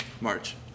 March